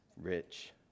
rich